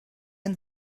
end